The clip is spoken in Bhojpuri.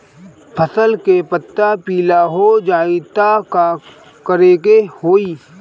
फसल के पत्ता पीला हो जाई त का करेके होई?